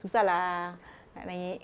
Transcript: susah lah nak naik